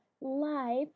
live